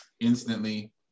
instantly